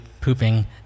pooping